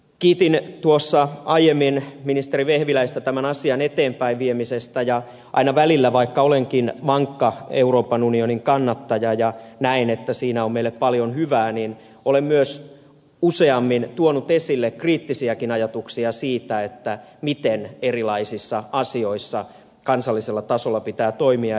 kiitin tuossa aiemmin ministeri vehviläistä tämän asian eteenpäinviemisestä ja aina välillä vaikka olenkin vankka euroopan unionin kannattaja ja näen että siinä on meille paljon hyvää olen myös useammin tuonut esille kriittisiäkin ajatuksia siitä miten erilaisissa asioissa kansallisella tasolla pitää toimia